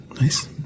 Nice